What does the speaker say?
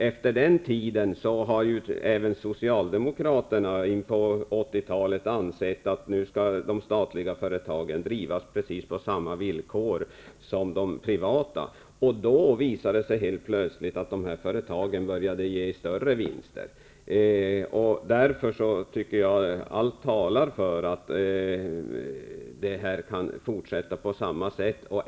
Efter den tiden, in på 80-talet, har även socialdemokraterna ansett att de statliga företagen skall drivas på precis samma villkor som de privata företagen. Då började de här företagen plötsligt ge större vinster. Mot den bakgrunden tycker jag att allt talar för en fortsättning på samma sätt.